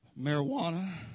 marijuana